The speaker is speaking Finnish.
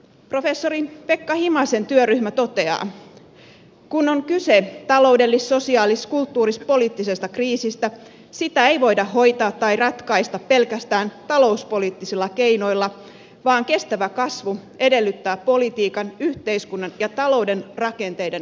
professori pekka himasen työryhmä toteaa että kun on kyse taloudellis sosiaalis kulttuuris poliittisesta kriisistä sitä ei voida hoitaa tai ratkaista pelkästään talouspoliittisilla keinoilla vaan kestävä kasvu edellyttää politiikan yhteiskunnan ja talouden rakenteiden muuttamista